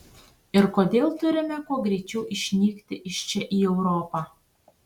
ir kodėl turime kuo greičiau išnykti iš čia į europą